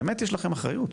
באמת יש לכם אחריות.